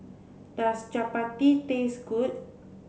does Chapati taste good